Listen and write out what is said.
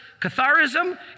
Catharism